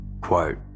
Quote